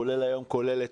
כולל היום וכולל אתמול,